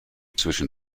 zwischen